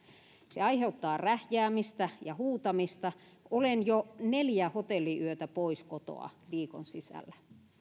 se aiheuttaa rähjäämistä ja huutamista olen jo neljä hotelliyötä ollut pois kotoa viikon sisällä